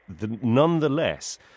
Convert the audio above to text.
Nonetheless